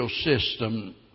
system